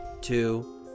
two